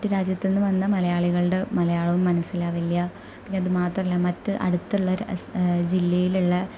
മറ്റു രാജ്യത്തു നിന്നു വന്ന മലയാളികളുടെ മലയാളവും മനസ്സിലാകില്ല പിന്നതു മാത്രമല്ല മറ്റ് അടുത്തുള്ള സ് ജില്ലയിലുള്ള